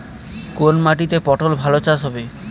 কোন মাটিতে পটল চাষ ভালো হবে?